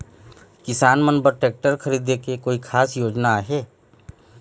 किसान मन बर ट्रैक्टर खरीदे के कोई खास योजना आहे?